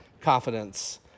confidence